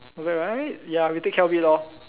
not bad right ya we take care of it lah